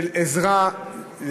של עזרה,